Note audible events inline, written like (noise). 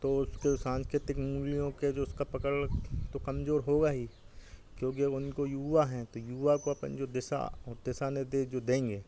तो उसके उ सांस्कृतिक मूल्यों की जो उसकी पकड़ तो कमज़ोर होगी ही क्योंकि अब उनको युवा हैं तो युवा को अपन जो दिशा दिशा (unintelligible) जो देंगे